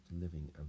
living